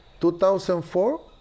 2004